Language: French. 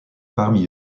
parmi